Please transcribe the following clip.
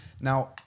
Now